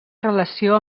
relació